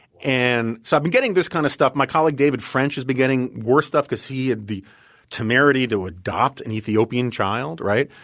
and so i've been getting this kind of stuff. my colleague david french has been getting worse stuff because he had the temerity to adopt an ethiopian child, right?